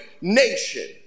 nation